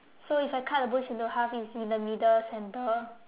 so if I cut the bush into half it's in the middle center